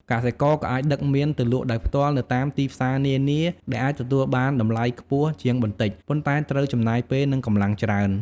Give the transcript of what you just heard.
កសិករក៏អាចដឹកមៀនទៅលក់ដោយផ្ទាល់នៅតាមទីផ្សារនានា ដែលអាចទទួលបានតម្លៃខ្ពស់ជាងបន្តិច ប៉ុន្តែត្រូវចំណាយពេល និងកម្លាំងច្រើន។